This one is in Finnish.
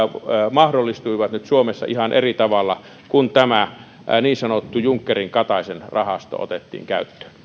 mahdollistuivat nyt suomessa ihan eri tavalla kun tämä niin sanottu junckerin kataisen rahasto otettiin käyttöön